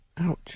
Ouch